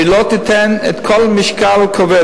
ולא תיתן את כל כובד המשקל,